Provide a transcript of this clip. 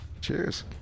cheers